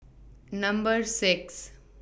Number six